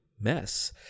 mess